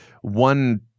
one